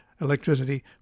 Electricity